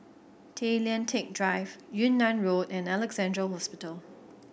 Tay Lian Teck Drive Yunnan Road and Alexandra Hospital